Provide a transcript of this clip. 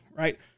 Right